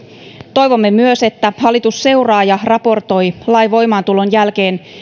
toivomme myös että hallitus seuraa ja raportoi lain voimaantulon jälkeen